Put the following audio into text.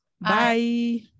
Bye